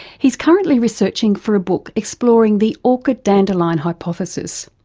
he's currently researching for a book exploring the orchid dandelion hypothesis.